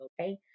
okay